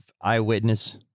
eyewitness